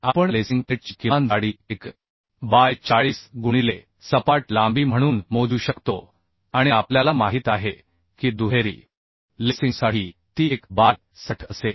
आपण लेसिंग प्लेटची किमान जाडी 1बाय 40 गुणिले सपाट लांबी म्हणून मोजू शकतो आणि आपल्याला माहित आहे की दुहेरी लेसिंगसाठी ती 1 बाय 60 असेल